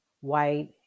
white